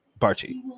Barchi